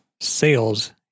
sales